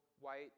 white